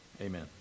Amen